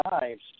lives